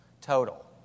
total